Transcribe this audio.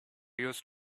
used